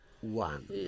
one